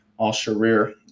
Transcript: al-Sharir